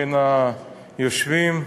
בין היושבים,